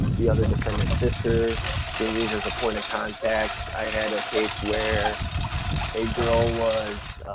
the other defendant's sister being used as a point of contact. i had a case where a girl was